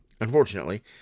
Unfortunately